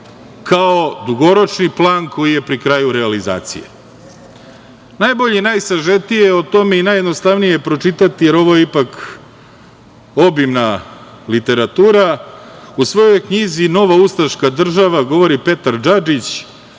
kao dugoročni plan koji je pri kraju realizacije. Najbolje i najsažetije o tome i najjednostavnije je pročitati, jer ovo je ipak obimna literatura, u svojoj knjizi „Novoustaška država“ govori Petar Džadžić